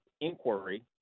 Inquiry